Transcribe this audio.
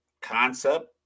concept